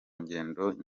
ngendo